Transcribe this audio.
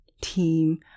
team